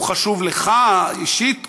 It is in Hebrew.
הוא חשוב לך אישית,